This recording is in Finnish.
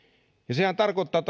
sehän tarkoittaa